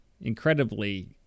incredibly